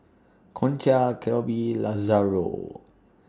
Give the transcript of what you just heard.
Concha Kelby Lazaro